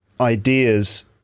ideas